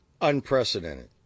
Unprecedented